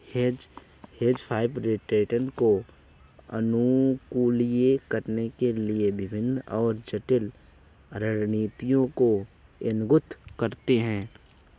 hedge fund return को अनुकूलित करने के लिए विभिन्न और जटिल रणनीतियों को नियुक्त करते हैं